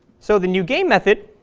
so the newgame method